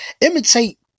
Imitate